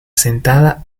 sentada